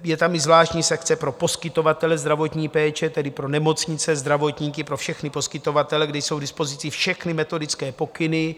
Je tam i zvláštní sekce pro poskytovatele zdravotní péče, tedy pro nemocnice, zdravotníky, pro všechny poskytovatele, kde jsou k dispozici všechny metodické pokyny.